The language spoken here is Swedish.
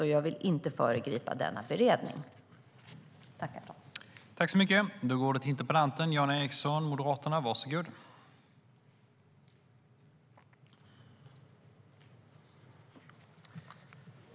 Jag vill inte föregripa denna beredning.